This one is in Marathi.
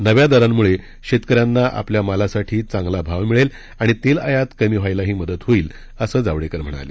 नव्या दरांमुळे शेतकऱ्यांना आपल्या मालासाठी चांगला भाव मिळेल आणि तेल आयात कमी होण्यासही मदत होईल असं जावडेकर म्हणाले